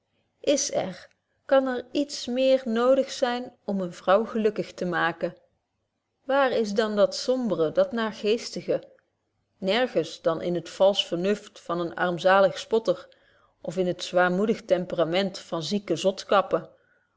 is er kan er iets meer nodig zyn om eene vrouw gelukkig te maken waar is dan dat sombre dat naargeestige nergens romaniek als in een roman betje wolff proeve over de opvoeding betje wolff proeve over de opvoeding dan in het valsch vernuft van een armzalig spotter of in het zwaarmoedig temperament van zieke zotskappen